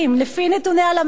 לפי נתוני הלמ"ס,